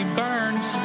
burns